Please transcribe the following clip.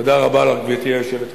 תודה רבה לך, גברתי היושבת-ראש.